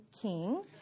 king